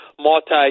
multi